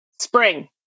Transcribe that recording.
Spring